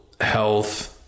health